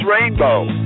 Rainbow